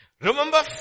Remember